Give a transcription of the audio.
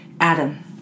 Adam